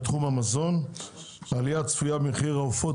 ישנה עלייה צפויה במחיר העופות,